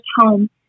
home